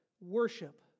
worship